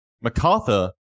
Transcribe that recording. Macarthur